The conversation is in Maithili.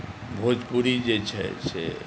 भोजपुरी जे छै से